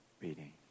reading